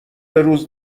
روز